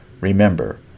Remember